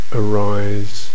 arise